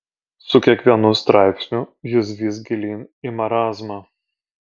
su kiekvienu straipsniu jis vis gilyn į marazmą